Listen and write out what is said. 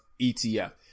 ETF